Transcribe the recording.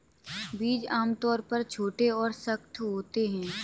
बीज आमतौर पर छोटे और सख्त होते हैं